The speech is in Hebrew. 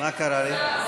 מה קרה לי?